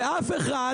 ואף אחד